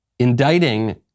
Indicting